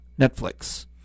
Netflix